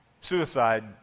suicide